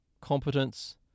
competence